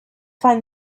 find